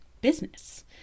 business